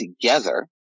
together